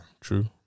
True